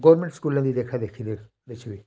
government स्कूलें दी देखा देखी दे बिच बी